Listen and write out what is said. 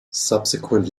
subsequent